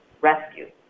rescue